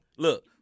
Look